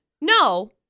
No